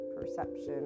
perception